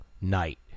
night